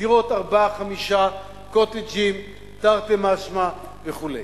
דירות ארבעה-חמישה, קוטג'ים תרתי משמע וכו'?